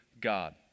God